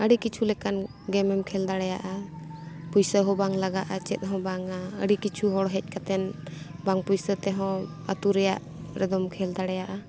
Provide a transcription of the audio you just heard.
ᱟᱹᱰᱤ ᱠᱤᱪᱷᱩ ᱞᱮᱠᱟᱱ ᱜᱮᱢᱮᱢ ᱠᱷᱮᱞ ᱫᱟᱲᱮᱭᱟᱜᱼᱟ ᱯᱩᱭᱥᱟᱹ ᱦᱚᱸ ᱵᱟᱝ ᱞᱟᱜᱟᱜᱼᱟ ᱪᱮᱫ ᱦᱚᱸ ᱵᱟᱝᱟ ᱟᱹᱰᱤ ᱠᱤᱪᱷᱩ ᱦᱚᱲ ᱦᱮᱡ ᱠᱟᱛᱮᱫ ᱵᱟᱝ ᱯᱩᱭᱥᱟᱹ ᱛᱮᱦᱚᱸ ᱟᱛᱳ ᱨᱮᱭᱟᱜ ᱨᱮᱫᱚᱢ ᱠᱷᱮᱞ ᱫᱟᱲᱮᱭᱟᱜᱼᱟ